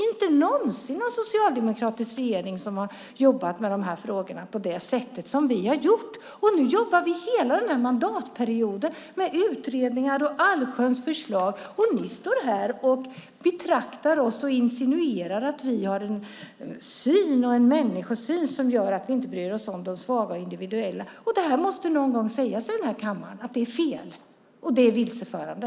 Ingen socialdemokratisk regering har någonsin jobbat med dessa frågor på det sätt som vi har gjort. Nu jobbar vi hela mandatperioden med utredningar och allsköns förslag. Då står ni här och insinuerar att vi har en människosyn där vi inte bryr oss om de svaga och individerna! Det måste någon gång sägas i kammaren att det är fel och vilseförande.